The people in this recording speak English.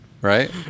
right